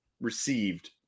received